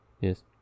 yes